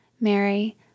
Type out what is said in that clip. Mary